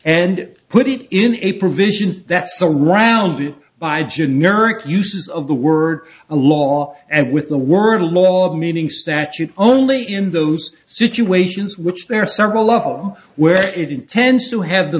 and put it in a provision that's surrounded by generic uses of the word a law and with the word a lot meaning statute only in those situations which there are several of them where it intends to have the